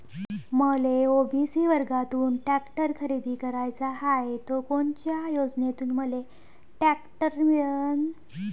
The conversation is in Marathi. मले ओ.बी.सी वर्गातून टॅक्टर खरेदी कराचा हाये त कोनच्या योजनेतून मले टॅक्टर मिळन?